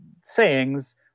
sayings